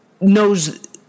knows